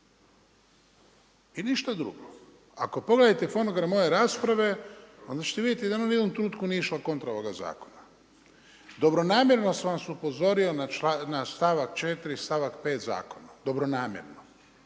i ništa drugo. Ako pogledate fonogram moje rasprave onda ćete vidjeti da ono nije ni u jednom trenutku nije išla kontra ovoga zakona. Dobronamjerno sam vas upozorio na stavak 4., stava 5. zakona, dobronamjerno.